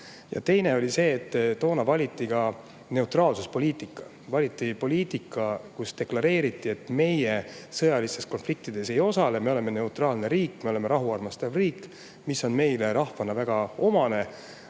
Teine oli see, et toona valiti neutraalsuspoliitika: poliitika, kus deklareeriti, et meie sõjalistes konfliktides ei osale, me oleme neutraalne ja rahu armastav riik. See on meile rahvana väga omane,